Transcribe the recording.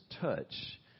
touch